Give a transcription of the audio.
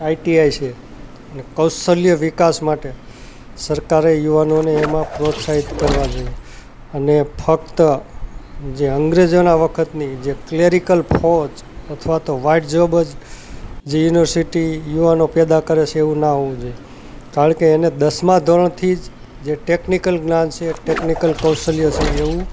ITI છે અને કૌશલ્ય વિકાસ માટે સરકારે યુવાનોને એમાં પ્રોત્સાહિત કરવા જોઈએ અને ફક્ત જે અંગ્રેજોના વખતની જે ક્લેરિકલ ફોજ અથવા તો વાઇટ જોબ જ જી યુનિવર્સિટી યુવાનો પેદા કરે છે એવું ના હોવું જોઈ કારણ કે એને દસમાં ધોરણથી જ જે ટેકનિકલ જ્ઞાન છે ટેકનિકલ કૌશલ્યો છે એવું